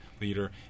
leader